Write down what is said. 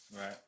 Right